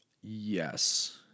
Yes